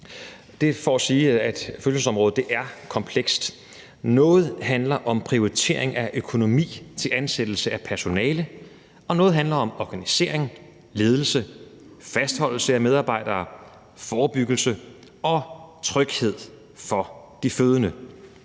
Det er for at sige, at fødselsområdet er komplekst. Noget handler om prioritering af økonomi til ansættelse af personale, og noget handler om organisering, ledelse, fastholdelse af medarbejdere, forebyggelse og tryghed for de fødende.